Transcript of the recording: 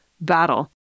battle